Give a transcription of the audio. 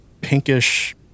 pinkish